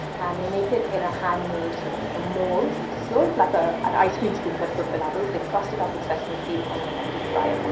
and they make it in a handmade sort of like mold, sort of like ah an ice cream scoop, but for falafels. they crust it up with sesame seeds and and deep fry it.